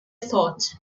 thought